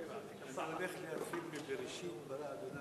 אדוני